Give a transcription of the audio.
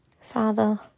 Father